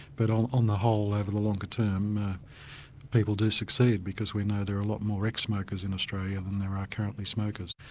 but on on the whole over the longer term people do succeed because we know there are a lot more ex smokers in australia than there are currently smokers.